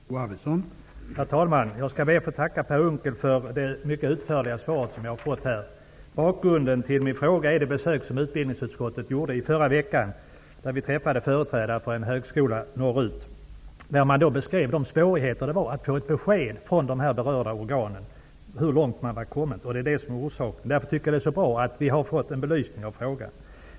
Herr talman! Jag skall be att få tacka Per Unckel för det mycket utförliga svar som jag har fått. Bakgrunden till min fråga är det besök som utbildningsutskottet gjorde i förra veckan, när vi träffade företrädare för en högskola norrut som beskrev svårigheterna att få ett besked från de berörda organen om hur långt man har kommit. Därför tycker jag att det är bra att vi har fått en belysning av frågan.